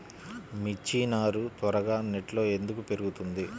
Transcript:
మిర్చి నారు త్వరగా నెట్లో ఎందుకు పెరుగుతుంది?